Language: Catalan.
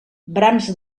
brams